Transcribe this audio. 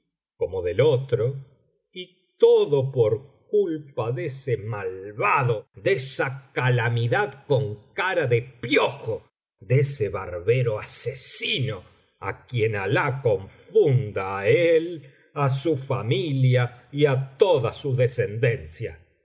como del otro y todo por culpa de ese malvado de esa calamidad con cara de piojo de ese barbero asesino á quien alah confunda á él á su familia y á toda su descendencia